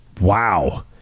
Wow